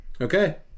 Okay